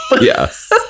yes